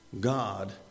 God